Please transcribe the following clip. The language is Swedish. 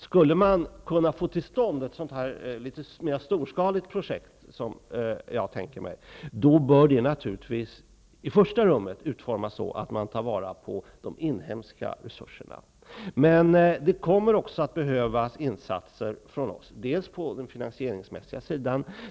Skulle man kunna få till stånd ett sådant litet mer storskaligt projekt som jag tänker mig, bör det naturligtvis i första rummet utformas så att man tar vara på de inhemska resurserna. Men det kommer också att behövas insatser från oss, bl.a. på den finansieringsmässiga sidan.